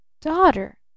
daughter